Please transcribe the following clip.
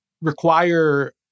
require